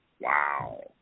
Wow